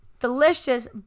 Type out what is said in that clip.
Delicious